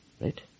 Right